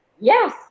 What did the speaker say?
Yes